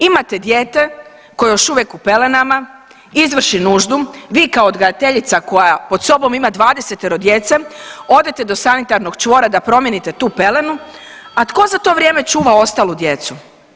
Imate dijete koje je još uvijek u pelenama, izvrši nuždu, vi kao odgajateljica koja pod sobom ima dvadesetoro djece odete do sanitarnog čvora da promijenite tu pelenu, a tko za to vrijeme čuva ostalu djecu?